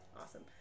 Awesome